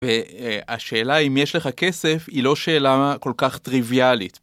והשאלה אם יש לך כסף היא לא שאלה כל כך טריוויאלית.